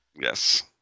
Yes